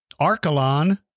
Archelon